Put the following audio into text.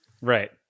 Right